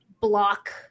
block